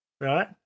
right